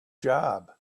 job